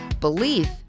Belief